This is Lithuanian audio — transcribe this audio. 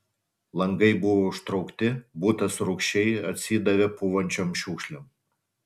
langai buvo užtraukti butas rūgščiai atsidavė pūvančiom šiukšlėm